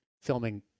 filming